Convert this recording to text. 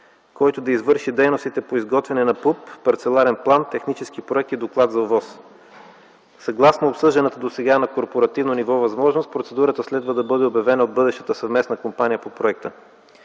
който да извърши дейностите по изготвянето на ПУП, парцеларен план, технически проект и доклад за ОВОС. Съгласно обсъжданата досега на корпоративно ниво възможност, процедурата следва да бъде обявена от бъдещата съвместна компания по проекта.